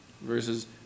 versus